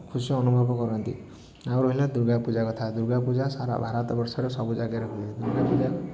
ଖୁସି ଅନୁଭବ କରନ୍ତି ଆଉ ରହିଲା ଦୁର୍ଗାପୂଜା କଥା ଦୁର୍ଗାପୂଜା ସାରା ଭାରତବର୍ଷରେ ସବୁ ଜାଗାରେ ହୁଏ ଦୁର୍ଗାପୂଜା